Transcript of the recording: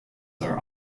are